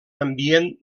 ambient